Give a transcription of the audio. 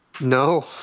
No